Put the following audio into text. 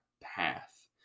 path